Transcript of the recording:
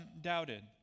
doubted